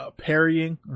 Parrying